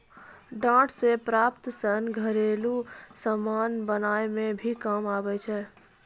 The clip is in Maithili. डांट से प्राप्त सन घरेलु समान बनाय मे भी काम आबै छै